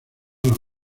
los